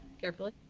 carefully